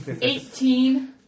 Eighteen